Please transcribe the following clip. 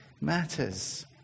matters